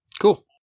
cool